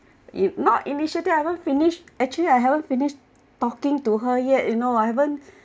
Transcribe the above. you not initiative haven't finish actually I haven't finished talking to her yet you know I haven't